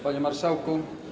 Panie Marszałku!